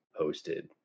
hosted